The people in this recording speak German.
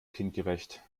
kindgerecht